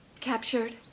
Captured